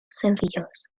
sencillos